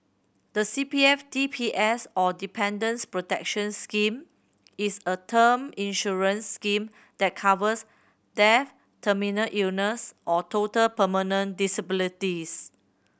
the C P F D P S or Dependants' Protection Scheme is a term insurance scheme that covers death terminal illness or total permanent disabilities